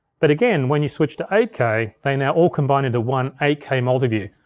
but again, when you switch to eight k, they now all combine into one eight k multiview.